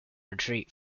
retreat